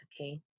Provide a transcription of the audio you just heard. okay